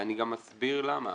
ואני גם אסביר למה,